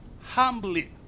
humbly